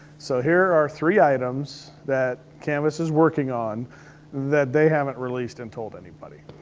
so here are three items that canvas is working on that they haven't released and told anybody.